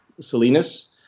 Salinas